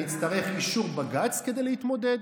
אני אצטרך אישור בג"ץ כדי להתמודד.